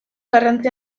garrantzi